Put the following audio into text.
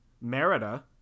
Merida